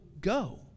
go